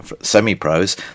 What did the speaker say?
Semi-pros